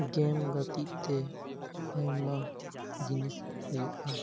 ᱜᱮᱢ ᱜᱟᱛᱮᱜ ᱛᱮ ᱟᱭᱢᱟ ᱡᱤᱱᱤᱥ ᱦᱩᱭᱩᱜᱼᱟ